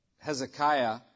Hezekiah